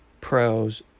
Pro's